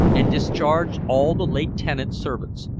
and discharged all the late tenant's servants,